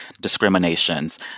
discriminations